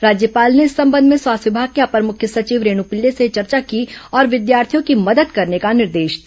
राज्यपाल ने इस संबंध में स्वास्थ्य विभाग की अपर मुख्य सचिव रेण पिल्ले से चर्चा की और विद्यार्थियों की मदद करने का निर्देश दिया